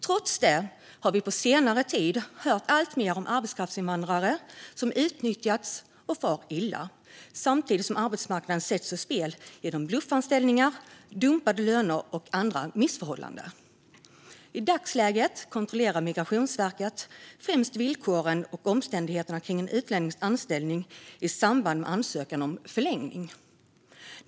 Trots det har vi på senare tid hört alltmer om arbetskraftsinvandrare som utnyttjas och far illa, samtidigt som arbetsmarknaden sätts ur spel genom bluffanställningar, dumpade löner och andra missförhållanden. I dagsläget kontrollerar Migrationsverket främst villkoren och omständigheterna kring en utlännings anställning i samband med ansökan om förlängning.